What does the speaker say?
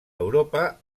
europa